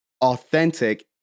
authentic